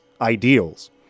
ideals